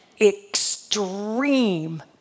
extreme